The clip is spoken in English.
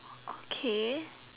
okay